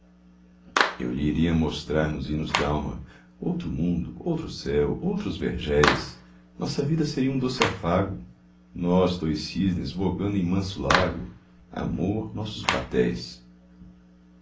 eu lhe iria mostrar nos hinos dalma outro mundo outro céu outros vergéis nossa vida seria um doce afago nós dois cisnes vogando em manso lago amor nossos batéis